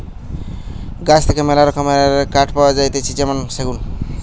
গাছ থেকে মেলা রকমের কাঠ পাওয়া যাতিছে যেমন সেগুন